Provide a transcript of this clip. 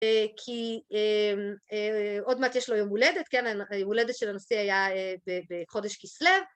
‫כי עוד מעט יש לו יום הולדת, ‫היום הולדת של הנשיא היה בחודש כסלו.